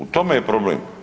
U tome je problem.